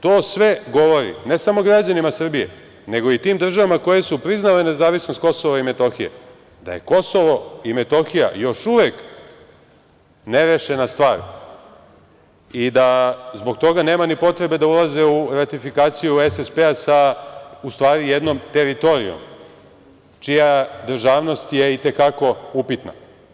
To sve govori, ne samo građanima Srbije, nego i tim državama koje su priznale nezavisnost KiM da je KiM još uvek nerešena stvar i da zbog toga nema ni potrebe da ulaze u ratifikaciju SSP sa, u stvari jednom teritorijom, čija državnost je i te kako upitna.